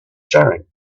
sharing